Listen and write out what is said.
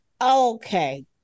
Okay